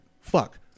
fuck